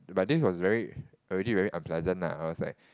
but this was very already really unpleasant nah I was like